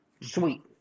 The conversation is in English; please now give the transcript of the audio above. Sweet